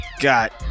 got